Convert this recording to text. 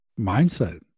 mindset